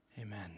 Amen